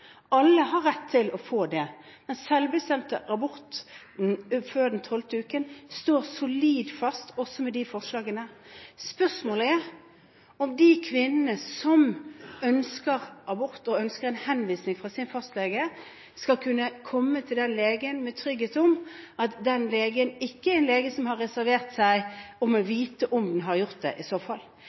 Alle har rett til å få det. Den selvbestemte retten til abort før 12. uke står solid fast også med disse forslagene. Spørsmålet er om de kvinnene som ønsker abort og en henvisning fra sin fastlege, skal kunne komme til den legen med trygghet om at den legen ikke er en lege som har reservert seg. I så fall skal kvinnen kunne vite at legen har gjort det.